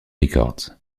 records